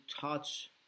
touch